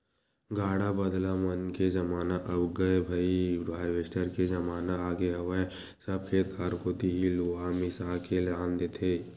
गाड़ा बदला मन के जमाना अब गय भाई हारवेस्टर के जमाना आगे हवय सब खेत खार कोती ही लुवा मिसा के लान देथे